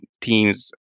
teams